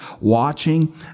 watching